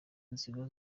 ngingo